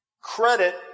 credit